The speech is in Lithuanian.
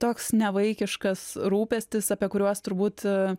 toks nevaikiškas rūpestis apie kuriuos turbūt